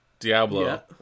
Diablo